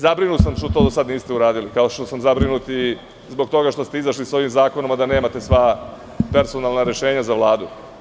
Zabrinut sam što to niste uradili, kao što sam zabrinut i zbog toga što ste izašli sa ovim zakonom, a da nemate sva personalna rešenja za Vladu.